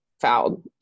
fouled